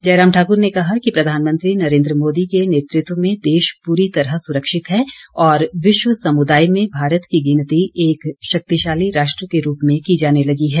जयराम ठाकुर ने कहा कि प्रधानमंत्री नरेन्द्र मोदी के नेतृत्व में देश पूरी तरह सुरक्षित है और विश्व समुदाय में भारत की गिनती एक शक्तिशाली राष्ट्र के रूप में की जाने लगी है